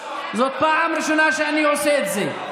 זאת פעם ראשונה שאני עושה את זה.